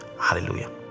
hallelujah